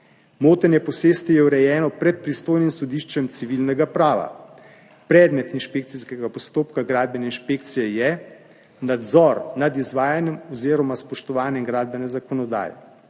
Motenje posesti je urejeno pred pristojnim sodiščem civilnega prava, predmet inšpekcijskega postopka Gradbene inšpekcije je nadzor nad izvajanjem oziroma spoštovanjem gradbene zakonodaje.